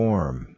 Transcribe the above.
Form